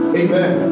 amen